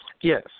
Yes